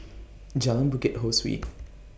Jalan Bukit Ho Swee